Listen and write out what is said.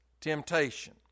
temptation